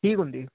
ਠੀਕ ਹੁੰਦੀ